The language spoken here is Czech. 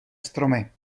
stromy